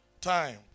time